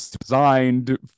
designed